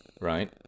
right